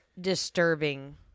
disturbing